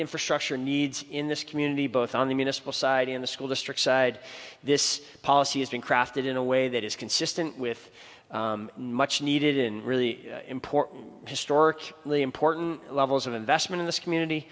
infrastructure needs in this community both on the municipal side in the school district side this policy has been crafted in a way that is consistent with much needed in really important historic really important levels of investment in this community